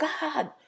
God